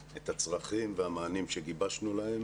את הצרכים והמענים שגיבשנו להם